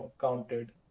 counted